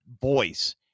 voice